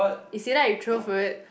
is either I throw food